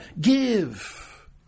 give